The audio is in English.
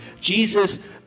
Jesus